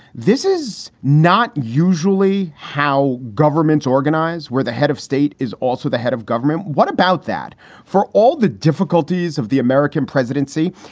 this is not usually how governments organize where the head of state is also the head of government. what about that for all the difficulties of the american presidency?